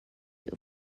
you